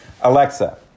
Alexa